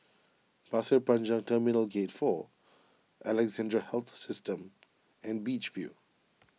Pasir Panjang Terminal Gate four Alexandra Health System and Beach View